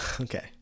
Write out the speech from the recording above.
Okay